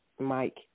Mike